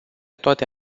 toate